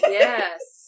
yes